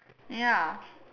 ya